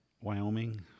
Wyoming